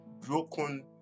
broken